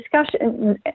discussion